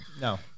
No